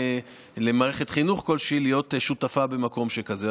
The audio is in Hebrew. למערכת חינוך כלשהי להיות שותפים במקום שכזה.